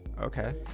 Okay